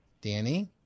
Danny